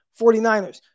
49ers